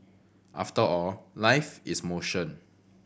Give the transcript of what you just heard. after all life is motion